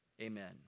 Amen